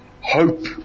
Hope